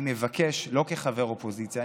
אני מבקש לא כחבר אופוזיציה,